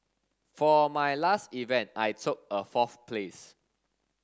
for my last event I took a fourth place